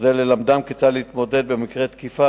כדי ללמדם כיצד להתמודד במקרה תקיפה,